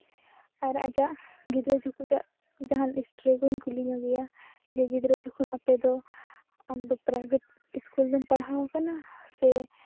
ᱟᱨ ᱟᱭᱟᱜ ᱜᱤᱫᱽᱨᱟᱹ ᱡᱚᱠᱷᱚᱡ ᱟᱡ ᱡᱟᱦᱟᱱ ᱦᱤᱥᱴᱨᱤ ᱠᱚᱧ ᱠᱩᱞᱤ ᱧᱚᱜᱮᱭᱟ ᱡᱮ ᱜᱤᱫᱽᱨᱟᱹ ᱡᱷᱚᱠᱷᱚᱱ ᱟᱯᱮ ᱫᱚ ᱟᱢᱫᱚ ᱯᱨᱟᱭᱵᱷᱮᱴ ᱥᱠᱩᱞ ᱨᱮᱢ ᱯᱟᱲᱦᱟᱣ ᱠᱟᱱᱟ ᱥᱮ